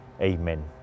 Amen